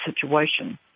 situation